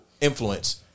influence